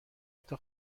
حتی